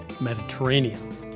mediterranean